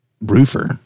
roofer